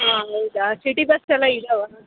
ಹಾಂ ಹೌದಾ city bus ಎಲ್ಲ ಇದ್ದಾವಾ